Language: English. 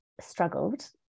struggled